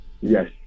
Yes